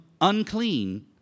unclean